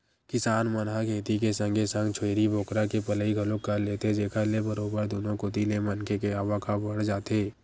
किसान मन ह खेती के संगे संग छेरी बोकरा के पलई घलोक कर लेथे जेखर ले बरोबर दुनो कोती ले मनखे के आवक ह बड़ जाथे